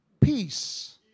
peace